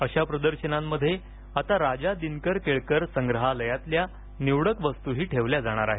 अशा प्रदर्शनांमध्ये आता राजा दिनकर केळकर संग्रहालयातल्या निवडक वस्तूही ठेवल्या जाणार आहेत